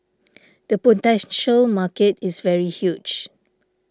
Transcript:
the potential market is very huge